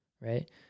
right